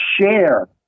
share